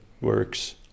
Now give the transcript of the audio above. works